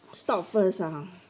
stop first ah